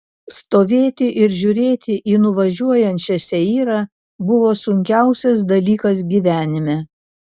stovėti ir žiūrėti į nuvažiuojančią seirą buvo sunkiausias dalykas gyvenime